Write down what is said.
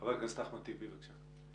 חבר הכנסת אחמד טיבי, בבקשה.